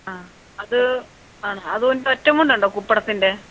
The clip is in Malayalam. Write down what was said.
ആ അത് ആണോ അതുകൊണ്ട് ഒറ്റമുണ്ടുണ്ടോ കുപ്പടത്തിൻ്റെ